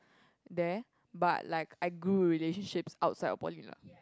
there but like I grew relationships outside of poly lah